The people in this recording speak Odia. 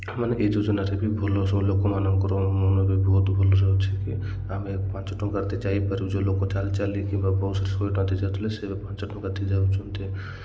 ମାନେ ଏହି ଯୋଜନାରେ ବି ଭଲ ସବୁ ଲୋକମାନଙ୍କର ମନ ବି ବହୁତ ଭଲରେ ଅଛନ୍ତି ଆମେ ପାଞ୍ଚ ଟଙ୍କାରେ ଯାଇପାରୁଛୁ ଲୋକ ଚାଲି ଚାଲି କିମ୍ବା ବସ୍ରେ ଶହେ ଟଙ୍କା ଦେଇ ଯାଉଥିଲେ ଏବେ ପାଞ୍ଚ ଟଙ୍କା ଦେଇ ଯାଉଛନ୍ତି